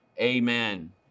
amen